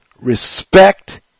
respect